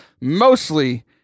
mostly